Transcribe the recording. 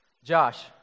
Josh